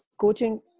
coaching